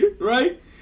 Right